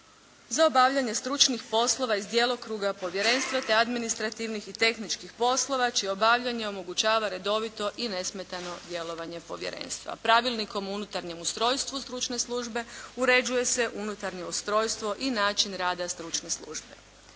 za obavljanje stručnih poslova iz djelokruga povjerenstva, te administrativnih i tehničkih poslova čije obavljanje omogućava redovito i nesmetano djelovanje povjerenstva. Pravilnikom o unutarnjem ustrojstvu stručne službe uređuju se unutarnje ustrojstvo i način rada stručne službe.